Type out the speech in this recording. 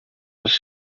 els